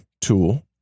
tool